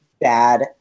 bad